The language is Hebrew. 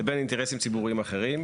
לבין אינטרסים ציבוריים אחרים,